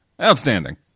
Outstanding